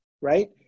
Right